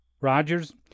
Rogers